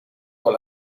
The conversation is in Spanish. con